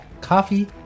coffee